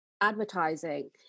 advertising